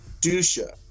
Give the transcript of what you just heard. Dusha